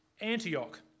Antioch